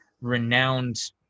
renowned